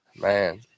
Man